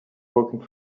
working